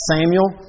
Samuel